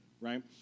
right